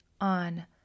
on